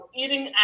eating